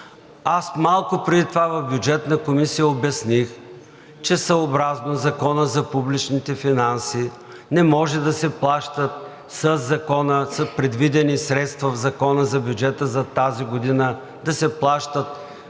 Аз малко преди това в Бюджетна комисия обясних, че съобразно Закона за публичните финанси не може да се плаща. Със Закона са предвидени средства в Закона за бюджета за тази година да се плащат